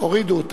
הורידו אותן.